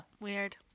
Weird